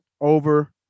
over